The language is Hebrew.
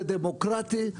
זה דמוקרטי,